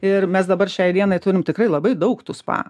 ir mes dabar šiai dienai turim tikrai labai daug tų spa